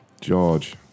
George